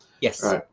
Yes